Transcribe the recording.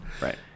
Right